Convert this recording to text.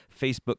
Facebook